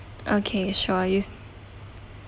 okay sure